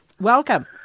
Welcome